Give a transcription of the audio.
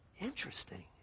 Interesting